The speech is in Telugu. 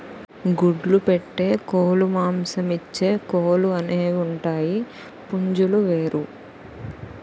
గుడ్లు పెట్టే కోలుమాంసమిచ్చే కోలు అనేవుంటాయి పుంజులు వేరు